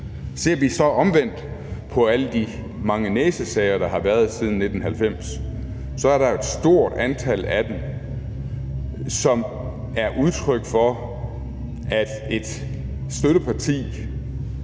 Ser vi så omvendt på alle de mange næsesager, der har været siden 1990, er der et stort antal af dem, som er udtryk for, at et støtteparti